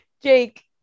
Jake